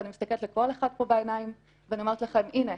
ואני מסתכלת לכל אחד פה בעיניים ואני אומרת לכם: הנה,